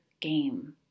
game